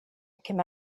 come